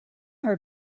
her